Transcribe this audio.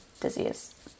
disease